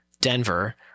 Denver